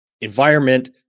environment